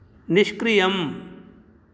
निष्क्रियम्